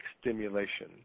stimulation